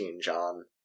John